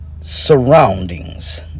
surroundings